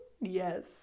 yes